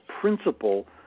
principle